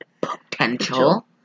potential